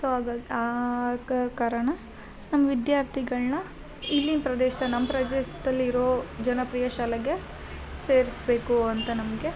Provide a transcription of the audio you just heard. so ಹಾಗಾಗಿ ಆಗ ಕಾರಣ ನಮ್ಮ ವಿದ್ಯಾರ್ಥಿಗಳ್ನ ಇಲ್ಲಿನ ಪ್ರದೇಶ ನಮ್ಮ ಪ್ರಜೇಶದಲ್ಲಿರೋ ಜನಪ್ರಿಯ ಶಾಲೆಗೆ ಸೇರ್ಸ್ಬೇಕು ಅಂತ ನಮಗೆ